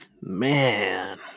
man